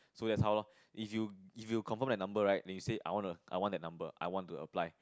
so that's how lor if you if you confirm that number right that you say I want to I want that number I want to apply